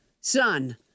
Son